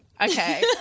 Okay